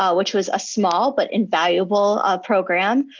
ah which was a small but invaluable program,